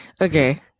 Okay